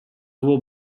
will